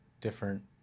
different